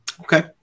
Okay